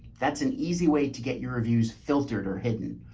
that's an easy way to get your reviews filtered or hidden.